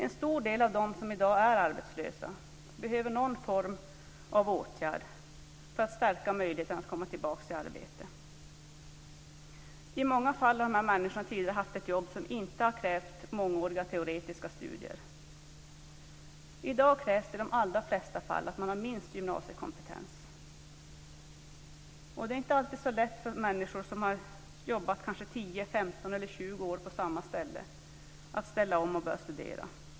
En stor del av de som i dag är arbetslösa behöver någon form av åtgärd för att stärka möjligheten att komma tillbaka till arbete. I många fall har dessa människor tidigare haft ett jobb som inte har krävt mångåriga teoretiska studier. I dag krävs det i de allra flesta fall att man har minst gymnasiekompetens. Det är inte alltid så lätt för människor som kanske har jobbat 10, 15 eller 20 år på samma ställe att ställa om och börja studera.